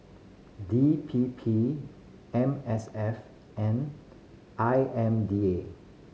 D P P M S F and I M D A